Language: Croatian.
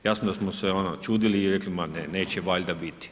Jasno je da smo se ono čudili i rekli ma ne, neće valjda biti.